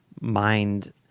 mind